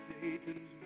Satan's